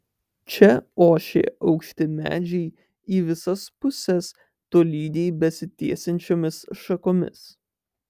čia ošė aukšti medžiai į visas puses tolygiai besitiesiančiomis šakomis